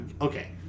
Okay